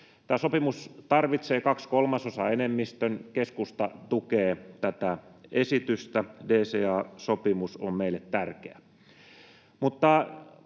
Tämä sopimus tarvitsee kahden kolmasosan enemmistön. Keskusta tukee tätä esitystä, DCA-sopimus on meille tärkeä.